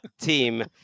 team